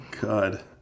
God